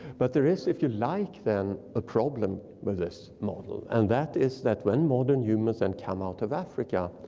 but there is if you like then a problem with this model. and that is that when modern humans then come out of africa,